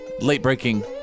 late-breaking